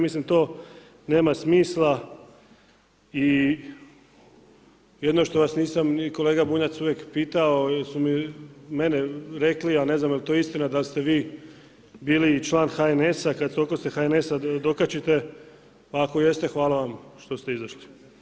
Mislim to nema smisla i jedino što vas nisam kolega Bunjac uvijek pitao, jesu li meni rekli, a ne znam jel to istina, da ste vi bili i član HNS-a kad toliko se HNS-a dokačite, pa ako jeste hvala vam što ste izašli.